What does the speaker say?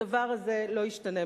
הדבר הזה לא השתנה,